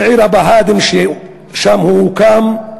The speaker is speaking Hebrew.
האם עיר הבה"דים, שם היא הוקמה,